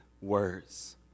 words